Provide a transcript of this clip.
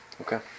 Okay